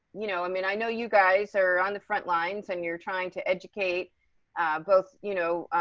you know, i mean, i know you guys are on the front lines and you're trying to educate both, you know,